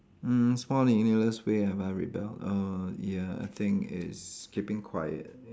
mm small meaningless way have I rebelled err ya I think is keeping quiet